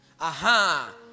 Aha